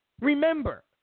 Remember